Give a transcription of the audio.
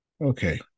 Okay